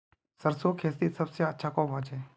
सरसों खेती सबसे अच्छा कब होचे?